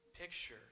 picture